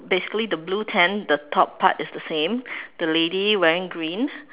basically the blue tent the top part is the same the lady wearing green